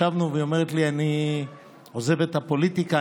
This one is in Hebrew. ישבנו והיא אמרה לי: אני עוזבת את הפוליטיקה,